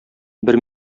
бер